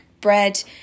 Bread